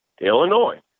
Illinois